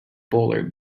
polar